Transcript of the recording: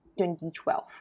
2012